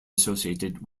associated